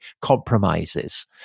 compromises